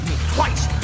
Twice